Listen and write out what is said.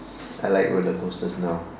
I like roller coasters now